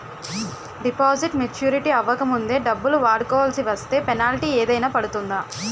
Deposit maturity అవ్వక ముందే డబ్బులు వాడుకొవాల్సి వస్తే పెనాల్టీ ఏదైనా పడుతుందా?